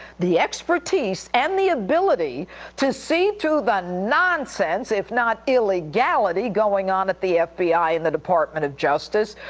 the expertise, and the ability to see through the nonsense, if not illegality, going on at the fbi and the department of justice.